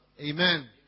Amen